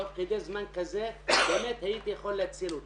תוך כדי זמן כזה באמת הייתי יכול להציל אותה.